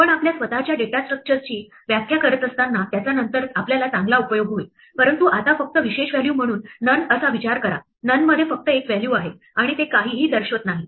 आपण आपल्या स्वतःच्या डेटा स्ट्रक्चर्सचीdata structures डेटा संरचनाव्याख्या करत असताना त्याचा नंतर आपल्याला चांगला उपयोग होईल परंतु आत्ता फक्त विशेष व्हॅल्यू म्हणून none असा विचार करा none मध्ये फक्त एक व्हॅल्यू आहे आणि ते काहीही दर्शवत नाही